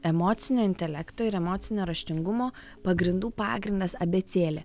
emocinio intelekto ir emocinio raštingumo pagrindų pagrindas abėcėlė